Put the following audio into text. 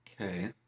Okay